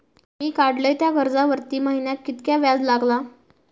मी काडलय त्या कर्जावरती महिन्याक कीतक्या व्याज लागला?